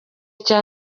cya